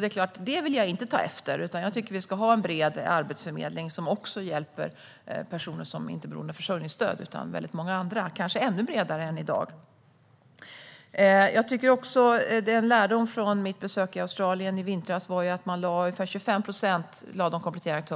Det vill jag givetvis inte ta efter, utan jag tycker att vi ska ha en bred arbetsförmedling som inte bara hjälper personer som är beroende av försörjningsstöd utan även väldigt många andra - kanske ännu bredare än i dag. En annan lärdom från mitt besök i Australien i vintras var att de kompletterande aktörerna lade ungefär 25